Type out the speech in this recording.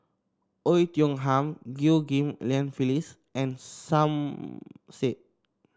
Oei Tiong Ham Chew Ghim Lian Phyllis and Som Said